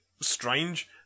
strange